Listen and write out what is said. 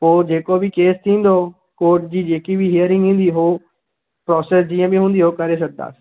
पोइ जेको बि केस थींदो कोर्ट जी जेकी बि हिअरिंग ईंदी उहो प्रॉसेस जीअं बि हूंदी उहो करे सघंदासीं